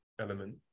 element